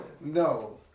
no